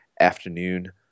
afternoon